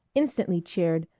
instantly cheered,